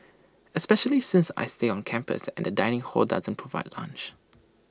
especially since I stay on campus and the dining hall doesn't provide lunch